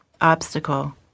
obstacle